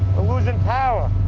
we're losing power.